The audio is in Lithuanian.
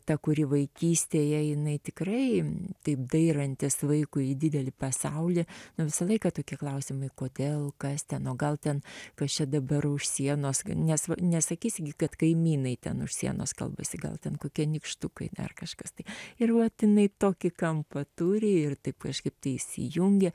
ta kuri vaikystėje jinai tikrai taip dairantis vaikui į didelį pasaulį nu visą laiką tokie klausimai kodėl kas ten o gal ten kas čia dabar už sienos nes nesakysi kad kaimynai ten už sienos kalbasi gal ten kokie nykštukai dar kažkas tai ir vat jinai tokį kampą turi ir taip kažkaip tai įsijungė